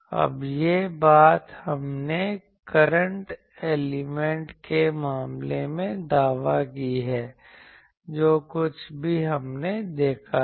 अब यह बात हमने करंट एलिमेंट के मामले में दावा की है जो कुछ भी हमने देखा है